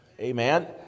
amen